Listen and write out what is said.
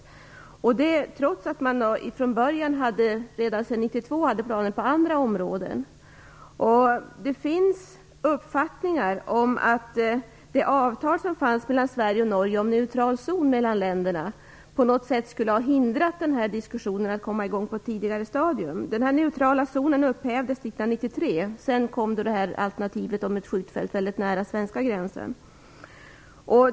Det har skett trots att man sedan så långt tillbaka som 1992 haft planer på andra områden. Det finns en uppfattning att det avtal som fanns mellan Sverige och Norge om en neutral zon mellan länderna skulle på något sätt ha hindrat att diskussionen kom i gång på ett tidigare stadium. Denna neutrala zon upphävdes 1993. Sedan kom alternativet med ett skjutfält väldigt nära svenska gränsen.